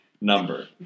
number